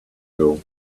drill